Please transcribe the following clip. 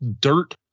dirt